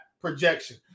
projection